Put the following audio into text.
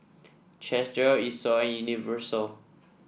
Chesdale Esso and Universal